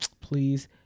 Please